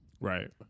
Right